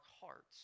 hearts